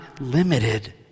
limited